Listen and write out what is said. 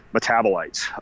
metabolites